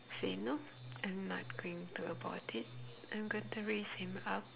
say no I'm not going to abort it I'm going to raise him up